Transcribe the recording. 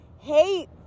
hate